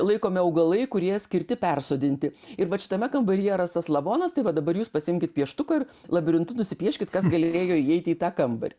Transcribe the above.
laikomi augalai kurie skirti persodinti ir vat šitame kambaryje rastas lavonas tai va dabar jūs pasiimkit pieštuką ir labirintu nusipieškit kas galilėjo įeiti į tą kambarį